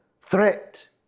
threat